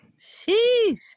Sheesh